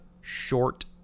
short